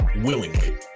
willingly